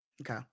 Okay